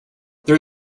there